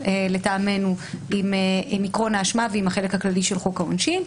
לטעמנו עם עיקרון האשמה ועם החלק הכללי של חוק העונשין.